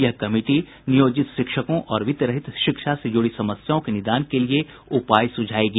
यह कमिटी नियोजित शिक्षकों और वित्त रहित शिक्षा से जुड़ी समस्याओं के निदान के लिए उपाय सुझाएगी